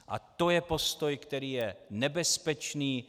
A to je postoj, který je nebezpečný.